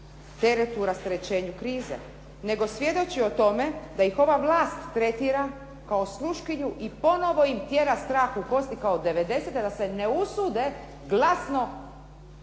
teretu, rasterećenju krize, nego svjedoči i tome da ih ova vlast tretira kao sluškinju i ponovo im tjera strah u kosti kao devedesete da se ne usude glasno